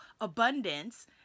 abundance